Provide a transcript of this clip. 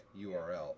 URL